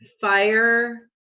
fire